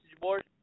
board